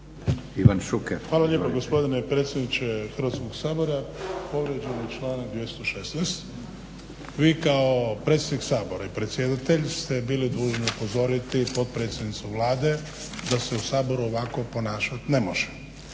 Ivan (HDZ)** Hvala lijepo gospodine predsjedniče Hrvatskog sabora. Povrijeđen je članak 216. Vi kao predsjednik Sabora i kako predsjedatelj ste bili dužni upozoriti potpredsjednicu Vlade da se u Saboru ovako ponašat ne može.